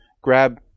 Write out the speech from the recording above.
grab